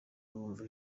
bumva